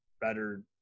better